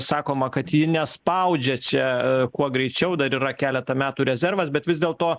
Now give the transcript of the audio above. sakoma kad ji nespaudžia čia kuo greičiau dar yra keletą metų rezervas bet vis dėlto